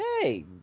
hey